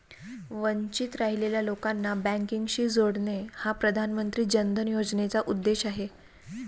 वंचित राहिलेल्या लोकांना बँकिंगशी जोडणे हा प्रधानमंत्री जन धन योजनेचा उद्देश आहे